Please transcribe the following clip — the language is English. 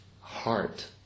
heart